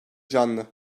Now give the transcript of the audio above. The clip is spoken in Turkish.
canlı